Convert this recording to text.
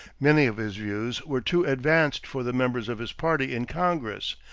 many of his views were too advanced for the members of his party in congress,